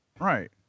right